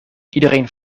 iedereen